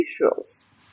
officials